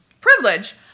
privilege